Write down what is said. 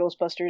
Ghostbusters